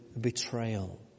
betrayal